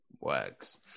works